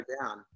down